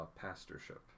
pastorship